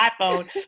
iPhone